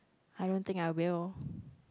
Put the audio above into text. I don't think I will